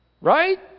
Right